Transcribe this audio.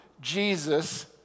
Jesus